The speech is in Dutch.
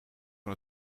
van